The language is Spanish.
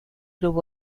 club